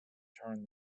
turn